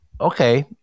okay